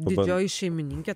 didžioji šeimininkė